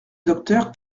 docteur